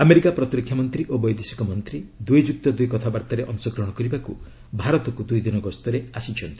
America ପ୍ରତିରକ୍ଷା ମନ୍ତ୍ରୀ ଓ ବୈଦେଶିକ ମନ୍ତ୍ରୀ ଦୁଇ ଯୁକ୍ତ ଦୁଇ କଥାବାର୍ତ୍ତାରେ ଅଂଶଗ୍ରହଣ କରିବାକୁ ଭାରତକୁ ଦୁଇଦିନ ଗସ୍ତରେ ଆସିଛନ୍ତି